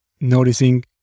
noticing